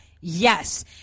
Yes